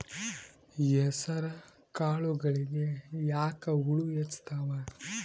ಹೆಸರ ಕಾಳುಗಳಿಗಿ ಯಾಕ ಹುಳ ಹೆಚ್ಚಾತವ?